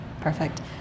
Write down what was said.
Perfect